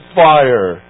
fire